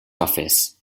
office